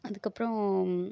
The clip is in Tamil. அதுக்கப்றம்